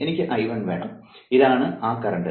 എനിക്ക് I1 വേണം ഇതാണ് ആ കറന്റ്